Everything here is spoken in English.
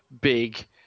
big